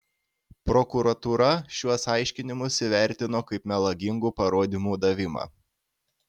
prokuratūra šiuos aiškinimus įvertino kaip melagingų parodymų davimą